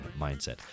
mindset